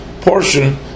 portion